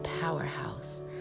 powerhouse